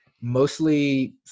mostly